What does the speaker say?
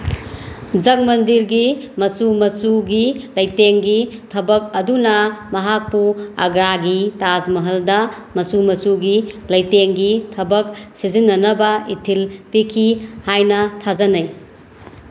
ꯖꯒꯃꯟꯗꯤꯔꯒꯤ ꯃꯆꯨ ꯃꯆꯨꯒꯤ ꯂꯩꯇꯦꯡꯒꯤ ꯊꯕꯛ ꯑꯗꯨꯅ ꯃꯍꯥꯛꯄꯨ ꯑꯒ꯭ꯔꯥꯒꯤ ꯇꯥꯖꯃꯍꯜꯗ ꯃꯆꯨ ꯃꯆꯨꯒꯤ ꯂꯩꯇꯦꯡꯒꯤ ꯊꯕꯛ ꯁꯤꯖꯤꯟꯅꯅꯕ ꯏꯊꯤꯜ ꯄꯤꯈꯤ ꯍꯥꯏꯅ ꯊꯥꯖꯅꯩ